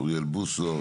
אוריאל בוסו,